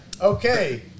okay